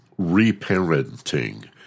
reparenting